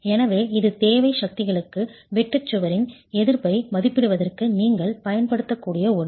எனவே இது தேவை சக்திகளுக்கு வெட்டு சுவரின் எதிர்ப்பை மதிப்பிடுவதற்கு நீங்கள் பயன்படுத்தக்கூடிய ஒன்று